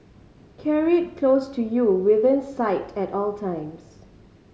carry it close to you within sight at all times